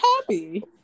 happy